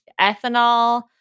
ethanol